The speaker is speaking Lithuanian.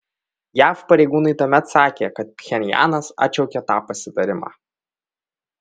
jav pareigūnai tuomet sakė kad pchenjanas atšaukė tą pasitarimą